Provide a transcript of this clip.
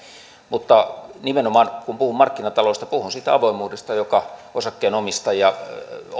mutta nimenomaan kun puhun markkinataloudesta puhun siitä avoimuudesta joka osakkeenomistajista